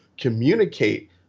communicate